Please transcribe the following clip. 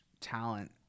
talent